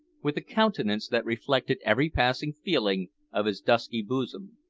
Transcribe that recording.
with a countenance that reflected every passing feeling of his dusky bosom.